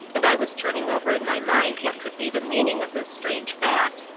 and i was turning over in my mind what could be the meaning of this strange fact,